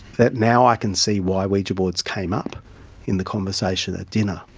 that now i can see why ouija boards came up in the conversation at dinner,